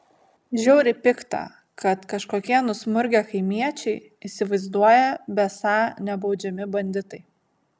žiauriai pikta kad kažkokie nusmurgę kaimiečiai įsivaizduoja besą nebaudžiami banditai